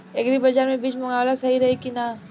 Agri बाज़ार से बीज मंगावल सही रही की ना?